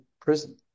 prison